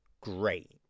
great